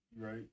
Right